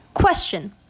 Question